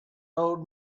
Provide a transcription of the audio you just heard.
old